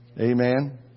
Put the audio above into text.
Amen